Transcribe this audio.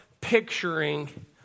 picturing